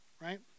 right